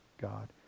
God